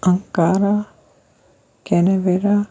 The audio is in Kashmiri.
اَنکارا کینہ ویرا